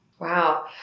Wow